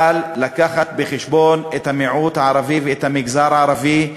אבל יש להביא בחשבון את המיעוט הערבי ואת המגזר הערבי.